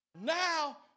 Now